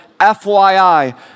fyi